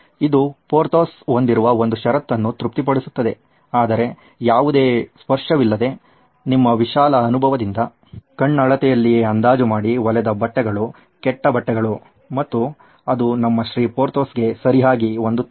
ಇದು ಪೋರ್ಥೋಸ್ ಹೊಂದಿರುವ ಒಂದು ಷರತ್ತನ್ನು ತೃಪ್ತಿಪಡಿಸುತ್ತದೆ ಆದರೆ ಯಾವುದೇ ಸ್ಪರ್ಶವಿಲ್ಲದೆ ನಿಮ್ಮ ವಿಶಾಲ ಅನುಭವದಿಂದ ಕಣ್ಣಳತೆಯಲ್ಲಿಯೇ ಅಂದಾಜು ಮಾಡಿ ಹೊಲೆದ ಬಟ್ಟೆಗಳು ಕೆಟ್ಟ ಬಟ್ಟೆಗಳು ಮತ್ತು ಅದು ನಮ್ಮ ಶ್ರೀ ಪೊರ್ಥೋಸ್ಗೆ ಸರಿಯಾಗಿ ಹೊಂದುತ್ತಿಲ್ಲ